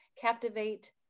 captivate